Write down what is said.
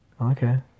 Okay